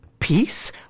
Peace